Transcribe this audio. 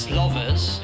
lovers